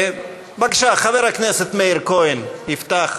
בבקשה, חבר הכנסת מאיר כהן יפתח,